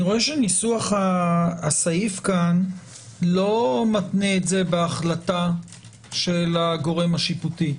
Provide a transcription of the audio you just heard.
אני רואה שניסוח הסעיף כאן לא מתנה את זה בהחלטה של הגורם השיפוטי,